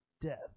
death